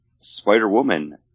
Spider-Woman